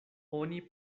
oni